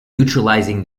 neutralizing